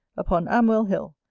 upon amwell hill,